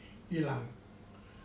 err